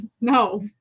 no